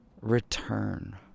Return